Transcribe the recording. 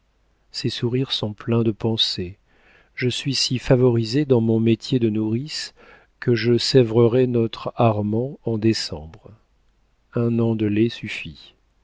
ses sourires sont pleins de pensées je suis si favorisée dans mon métier de nourrice que je sèvrerai notre armand en décembre un an de lait suffit